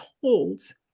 holds